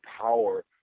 power